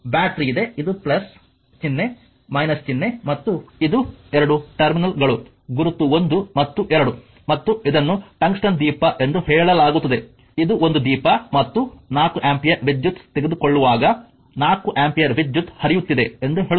battery ಇದೆ ಇದು ಚಿಹ್ನೆ ಚಿಹ್ನೆ ಮತ್ತು ಇದು 2 ಟರ್ಮಿನಲ್ಗಳು ಗುರುತು 1 ಮತ್ತು 2 ಮತ್ತು ಇದನ್ನು ಟಂಗ್ಸ್ಟನ್ ದೀಪ ಎಂದು ಹೇಳಲಾಗುತ್ತದೆ ಇದು ಒಂದು ದೀಪ ಮತ್ತು 4 ಆಂಪಿಯರ್ ವಿದ್ಯುತ್ ತೆಗೆದುಕೊಳ್ಳುವಾಗ 4 ಆಂಪಿಯರ್ ವಿದ್ಯುತ್ ಹರಿಯುತ್ತಿದೆ ಎಂದು ಹೇಳುತ್ತದೆ